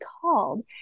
called